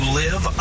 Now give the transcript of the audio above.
live